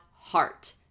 heart